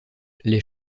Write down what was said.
les